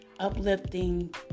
uplifting